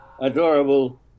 Adorable